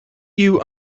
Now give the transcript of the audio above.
you